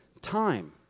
time